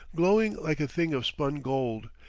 glowing like a thing of spun gold,